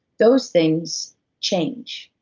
those things change.